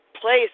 place